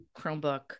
Chromebook